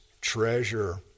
Treasure